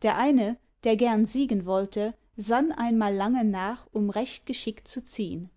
der eine der gern siegen wollte sann einmal lange nach um recht geschickt zu ziehn